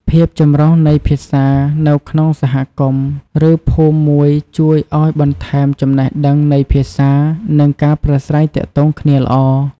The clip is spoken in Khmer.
ភាពចម្រុះនៃភាសានៅក្នុងសហគមន៍ ឬ ភូមិមួយជួយឱ្យបន្ថែមចំណេះដឹងនៃភាសា និងការប្រាស្រ័យទាក់ទងគ្នាល្អ។